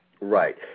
Right